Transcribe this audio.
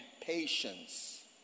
patience